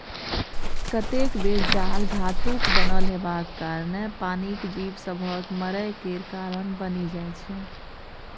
कतेक बेर जाल धातुक बनल हेबाक कारणेँ पानिक जीब सभक मरय केर कारण बनि जाइ छै